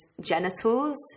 genitals